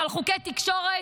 ובחוקי תקשורת?